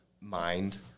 mind